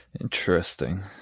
Interesting